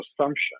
assumption